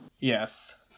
Yes